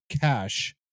cash